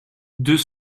deux